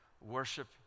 worship